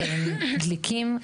דליקים,